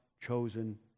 chosen